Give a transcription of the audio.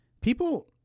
People